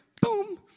Boom